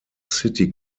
city